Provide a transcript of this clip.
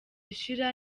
ishira